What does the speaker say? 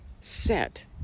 set